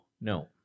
no